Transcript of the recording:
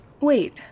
Wait